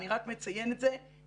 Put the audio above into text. אני רק מציין את זה כעובדה.